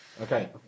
Okay